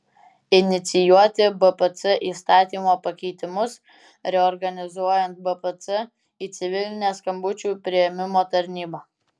inicijuoti bpc įstatymo pakeitimus reorganizuojant bpc į civilinę skambučių priėmimo tarnybą